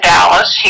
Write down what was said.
Dallas